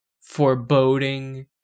foreboding